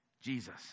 Jesus